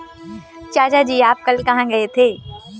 चाचा जी आप कल कहां गए थे?